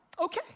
Okay